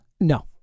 No